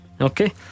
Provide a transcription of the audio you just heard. Okay